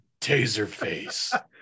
Taserface